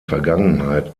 vergangenheit